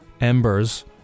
Embers